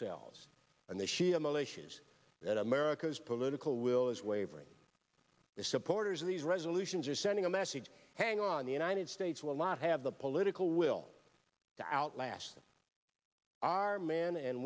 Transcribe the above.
selves and the shia militias that america's political will is wavering the supporters of these resolutions are sending a message hang on the united states will not have the political will to outlast our men and